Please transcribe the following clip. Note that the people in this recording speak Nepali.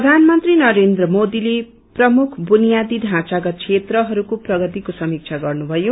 प्रधानमन्त्री नरेन्द्र मोदीले प्रमुख बुनियादी ढाँचागत क्षेत्रहरूको प्रगतिको समीक्षा गर्नुभयो